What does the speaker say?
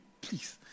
please